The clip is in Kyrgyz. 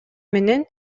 менен